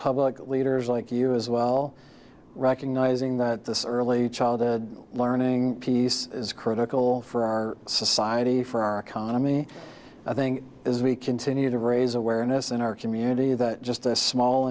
public leaders like you as well recognizing that this early childhood learning piece is critical for our society for our economy i think as we continue to raise awareness in our community that just a small